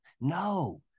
no